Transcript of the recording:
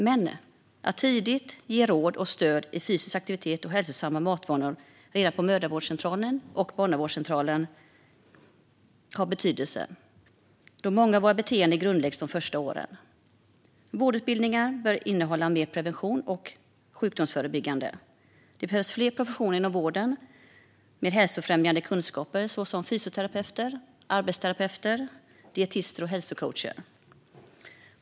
Men att tidigt ge råd och stöd om fysisk aktivitet och hälsosamma matvanor, redan på mödravårdscentralen och barnavårdscentralen, har betydelse då många av våra beteenden grundläggs de första åren. Vårdutbildningarna bör innehålla mer prevention och sjukdomsförebyggande. Det behövs fler professioner inom vården med hälsofrämjande kunskaper såsom fysioterapeuter, arbetsterapeuter, dietister och hälsocoacher.